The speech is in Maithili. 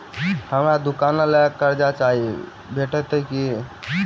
हमरा दुकानक लेल कर्जा चाहि भेटइत की?